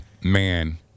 man